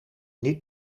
niet